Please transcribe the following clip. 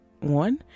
one